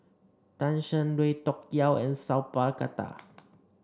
Tan Shen Lui Tuck Yew and Sat Pal Khattar